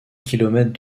kilomètres